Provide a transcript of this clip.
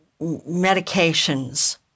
medications